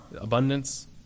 Abundance